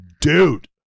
dude